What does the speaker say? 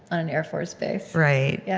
on an air force base right, yeah